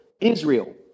Israel